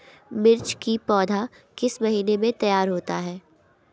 मिर्च की पौधा किस महीने में तैयार होता है?